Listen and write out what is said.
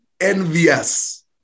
envious